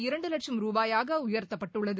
இரண்டு லட்சம் ரூபாயாக உயர்த்தப்பட்டுள்ளது